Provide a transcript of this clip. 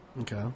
Okay